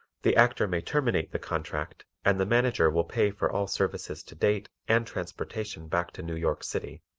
the actor may terminate the contract and the manager will pay for all services to date and transportation back to new york city.